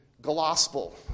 gospel